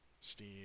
steam